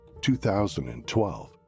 2012